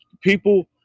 people